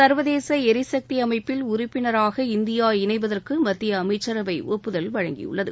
சர்வதேச எரிசக்தி அமைப்பில் உறுப்பினராக இந்தியா இணைவதற்கும் மத்திய அமைச்சரவை ஒப்புதல் வழங்கியுள்ளது